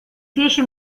fece